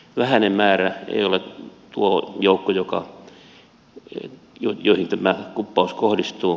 vähäinen määrä ei ole tuo joukko johon tämä kuppaus kohdistuu